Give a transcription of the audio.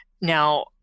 Now